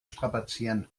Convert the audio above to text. strapazieren